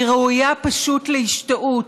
ראויה פשוט להשתאות,